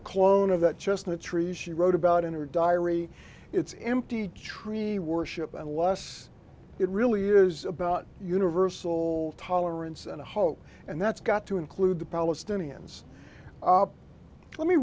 a clone of that just the trees she wrote about in her diary it's empty tree worship unless it really is about universal tolerance and hope and that's got to include the palestinians let me